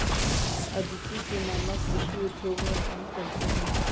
अदिति के मामा कृषि उद्योग में काम करते हैं